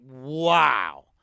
wow